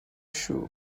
shoe